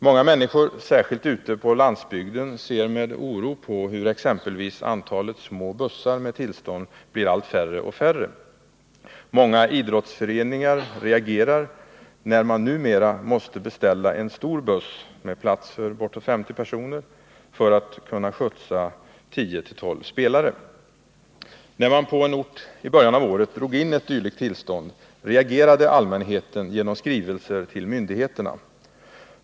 Många människor, särskilt ute på landsbygden, ser med oro hur exempelvis antalet små bussar med tillstånd blir färre och färre. Många idrottsföreningar reagerar när man numera måste beställa en stor buss med plats för ca 50 personer för att skjutsa 10-12 spelare. När man i början av året på en ort drog in ett dylikt tillstånd, reagerade allmänheten genom skrivelser till myndigheterna.